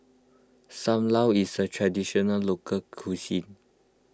Sam Lau is a Traditional Local Cuisine